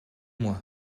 moi